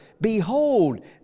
Behold